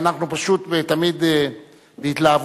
אנחנו פשוט תמיד בהתלהבותנו,